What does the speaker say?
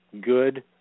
good